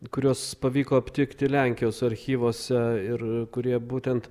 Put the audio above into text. kuriuos pavyko aptikti lenkijos archyvuose ir kurie būtent